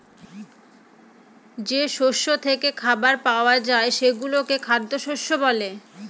যে শস্য থেকে খাবার পাওয়া যায় সেগুলোকে খ্যাদ্যশস্য বলে